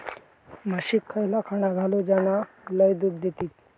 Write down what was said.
म्हशीक खयला खाणा घालू ज्याना लय दूध देतीत?